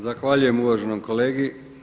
Zahvaljujem uvaženom kolegi.